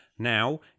Now